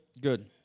Good